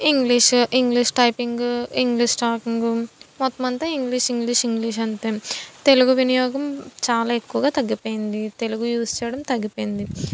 English English typing English talking మొత్తం అంతా English English English అంతే తెలుగు వినియోగం చాలా ఎక్కువగా తగ్గిపోయింది తెలుగు యూజ్ చేయడం తగ్గిపోయింది